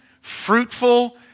fruitful